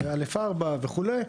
ו-א'4 וכולי,